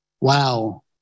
Wow